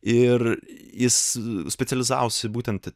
ir jis specializavosi būtent